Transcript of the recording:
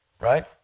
right